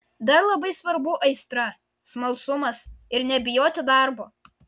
dar labai svarbu aistra smalsumas ir nebijoti darbo